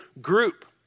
group